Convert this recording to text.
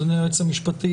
אדוני היועץ המשפטי,